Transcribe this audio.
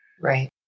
Right